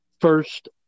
first